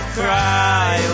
cry